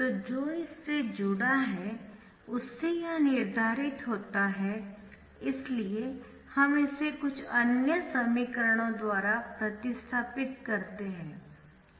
तो जो इससे जुड़ा है उससे यह निर्धारित होता है इसलिए हम इसे कुछ अन्य समीकरणों द्वारा प्रतिस्थापित करते है